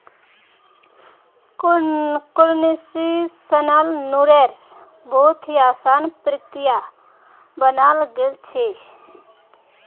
concessional लोन्नेर बहुत ही असान प्रक्रिया बनाल गेल छे